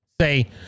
say